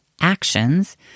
actions